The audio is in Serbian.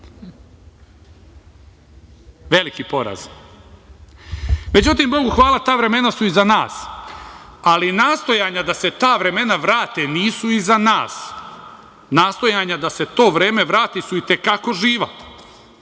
Veliki poraz. Međutim, bogu hvala ta vremena su iza nas, ali nastojanja da se ta vremena vrate nisu iza nas. Nastojanja da se ta vremena vrate su i te kako živa